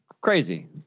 crazy